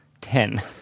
ten